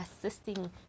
assisting